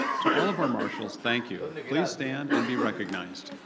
to all of our marshals, thank you. please stand and be recognized.